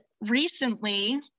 recently